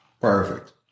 Perfect